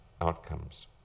outcomes